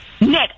Nick